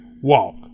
walk